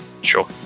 Sure